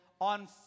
on